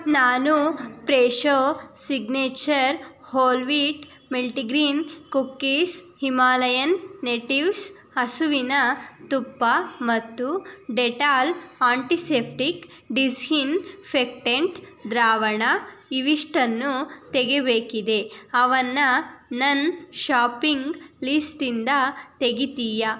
ನಾನು Fresho signature whole wheat multigrain cookies Himalayan natives ಹಸುವಿನ ತುಪ್ಪ ಮತ್ತು ಡೆಟಾಲ್ ಆಂಟಿಸೆಫ್ಟಿಕ್ ಡಿಸಿನ್ಫೆಕ್ಟೆಂಟ್ ದ್ರಾವಣ ಇವಿಷ್ಟನ್ನು ತೆಗೆಯಬೇಕಿದೆ ಅವನ್ನು ನನ್ನ ಶಾಪಿಂಗ್ ಲೀಸ್ಟಿಂದ ತೆಗಿತೀಯಾ